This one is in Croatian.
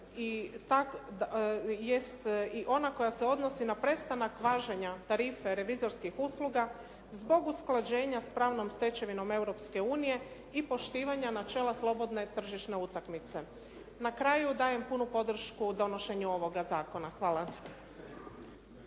i ona koja se odnosi na prestanak važenja tarife revizorskih usluga zbog usklađenja s pravnom stečevinom Europske unije i poštivanja načela slobodne tržišne utakmice. Na kraju dajem punu podršku donošenju ovoga zakona. Hvala.